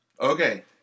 Okay